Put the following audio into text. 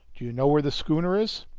do you know where the schooner is?